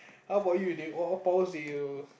how about you leh what what powers do you